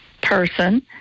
person